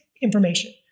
Information